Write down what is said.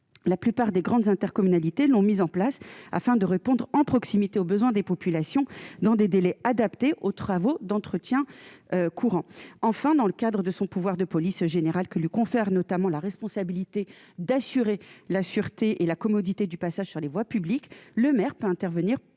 la plupart des grandes intercommunalités l'ont mis en place afin de répondre en proximité aux besoins des populations dans des délais adaptés aux travaux d'entretien courants enfin dans le cadre de son pouvoir de police générale que lui confère notamment la responsabilité d'assurer la sûreté et la commodité du passage sur les voies publiques, le maire peut intervenir